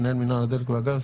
מנהל מינהל הדלק והגז,